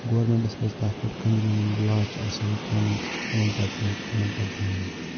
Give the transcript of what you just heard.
گورمِنٹَس پَزِ تَتھ پٮ۪ٹھ کنزِمیوٗرن ہُنٛد لا چھِ آسان یِم قانوٗن تمَن پَزِ تمَن پٮ۪ٹھ دھیان دیُن